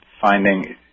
finding